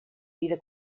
vida